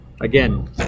again